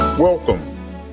Welcome